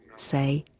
say,